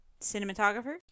Cinematographer